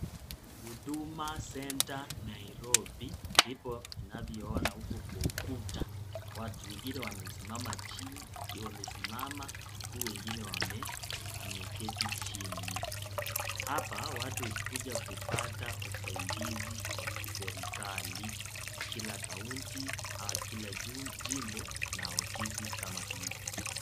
Huduma (cs)Centre(cs) Nairobi ndipo ivyoona uko kwa ukuta, watu wengine wamesimama chini wakiwa wamesimama huku wengine wameketi chini, hapa watu hukuja kupata usaidizi wa kiserikali, kila kaunti au kila jimbo na ofisi kama hizi.